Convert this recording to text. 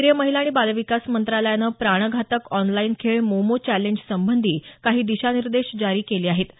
केंद्रीय महिला आणि बालविकास मंत्रालयानं प्राणघातक ऑनलाईन खेळ मोमो चॅलेंज संबंधी काही दिशानिर्देश जारी केले आहेत